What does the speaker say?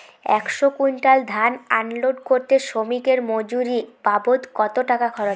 একশো কুইন্টাল ধান আনলোড করতে শ্রমিকের মজুরি বাবদ কত টাকা খরচ হয়?